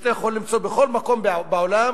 אתה יכול למצוא בכל מקום בעולם,